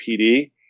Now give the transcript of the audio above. PD